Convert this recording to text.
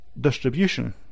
distribution